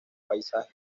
paisaje